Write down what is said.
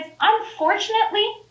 unfortunately